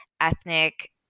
ethnic